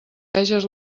veges